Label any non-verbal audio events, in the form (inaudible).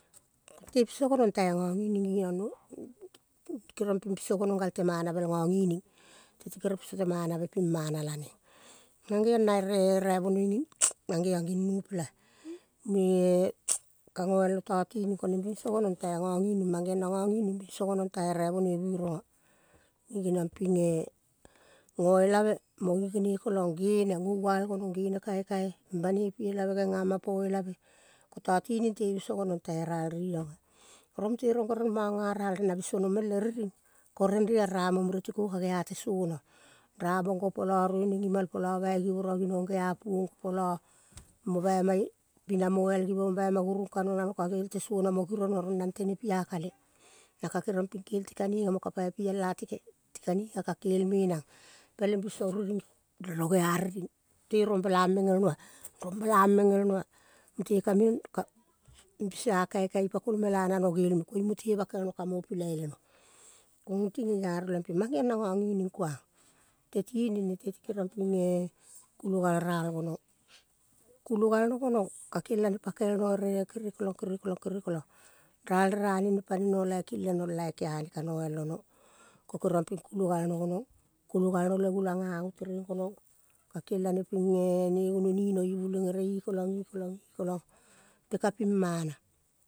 Te piso gonong tai ngangining ngngiong (unintelligible) keriong ping piso gonong galte manavel ngangining. Teti kere piso te te manave pimana laneng. Mang geong na ere raivoroi (unintelligible) mang geong ngi nupla munge-e ka ngoialo tatining koneng binso gonong tai raivonoi bironga ngi geniong pinge ngoel ave mo gene kolang gene ngoval gonong gene kaikaibanei pi elave gengama po elave. Ko tatining te biso gonong tai ral rionga. Rong mute rong gerel mang aral na bisono meng le riring ko rerea ramong mure tiko ka geate sona. Ramang gopola, rueneng imal pola bai givora ginong gea puong gopola. Mo baima pina moial givong bai ma gurung kano nano kagel tesona. Mo giro noa rong nan tene pia kale. Naka keriong ping kelti kaniga mo ka pai pial ati (unintelligible) ti kaninga ka kelme nang. Peleng biso riring nano gea riring. Mute rong balang meng elnoa, rong balang meng elnoa. Mute (unintelligible) ka bisoa kaikai ipakol mela nano gelme koingkoing mute bakel no kamo pilai leno. Kongoti ngeiaro lempe. Mang geong na ngangining kuang. Te tining nete ti keriong pinge kulo gal ral gonong. Kulo galno gonong, kakelane pakel no pakel no ere kere kolang, kere kolang, kere kolang. Ralre rane pane no laiki leno el laik lane kane noial ono. Ko keriong ping kulo galno gonong. Kulo galno le gulang ngango tereng gonong. Kakelane pinge ne gunoni ibuleng ere i kolang, i kolong. Pe kapim mana.